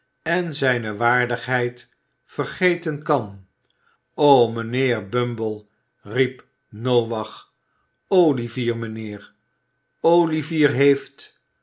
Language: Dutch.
en zijne waardigheid vergeten kan o mijnheer bumble riep noach olivier mijnheer olivier heeft